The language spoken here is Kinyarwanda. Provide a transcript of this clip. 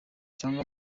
cyangwa